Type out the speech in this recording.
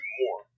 more